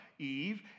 Eve